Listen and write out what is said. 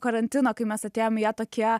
karantino kai mes atėjom į ją tokie